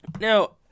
Now